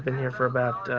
here for about